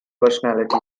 personality